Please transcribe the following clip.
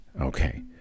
Okay